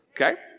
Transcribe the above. Okay